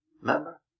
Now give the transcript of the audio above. Remember